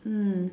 mm